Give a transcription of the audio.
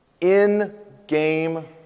in-game